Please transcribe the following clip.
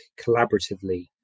collaboratively